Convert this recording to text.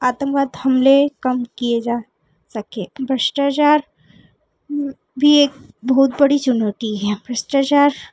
आतंकवाद हमले कम किए जा सकें भ्रष्टाचार भी एक बहुत बड़ी चुनौती है भ्रष्टाचार